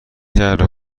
دره